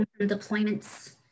deployments